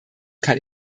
kann